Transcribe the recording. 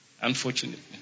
Unfortunately